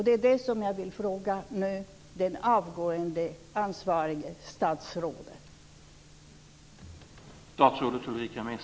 Det är det som jag nu vill fråga det avgående ansvariga statsrådet om.